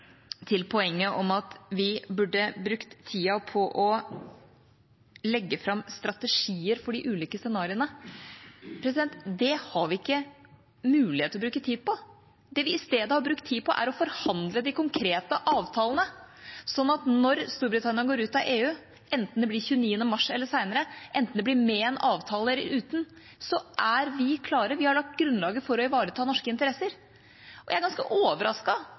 til poenget om at vi burde brukt tida på å legge fram strategier for de ulike scenarioene. Det har vi ikke mulighet til å bruke tid på. Det vi i stedet har brukt tid på, er å forhandle de konkrete avtalene, slik at når Storbritannia går ut av EU, enten det blir 29. mars eller senere, enten det blir med en avtale eller uten, så er vi klare, vi har lagt grunnlaget for å ivareta norske interesser. Jeg er ganske